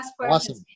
Awesome